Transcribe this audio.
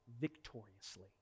victoriously